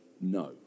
No